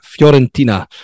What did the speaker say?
Fiorentina